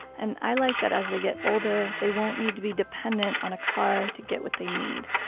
and i like that as they get older, they won't need to be dependent on a car to get what they need.